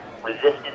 resistance